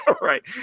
right